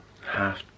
half